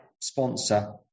sponsor